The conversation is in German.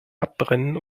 abbrennen